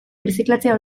birziklatzea